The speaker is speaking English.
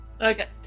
Okay